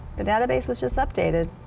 the database was just updated.